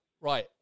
right